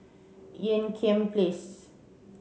Ean Kiam Place